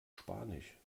spanisch